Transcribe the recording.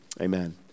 Amen